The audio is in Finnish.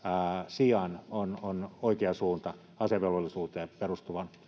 sijaan on oikea suunta asevelvollisuuteen perustuvan